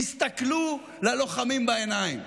תסתכלו ללוחמים בעיניים.